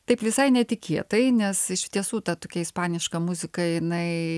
taip visai netikėtai nes iš tiesų ta tokia ispaniška muzika jinai